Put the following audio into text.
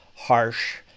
harsh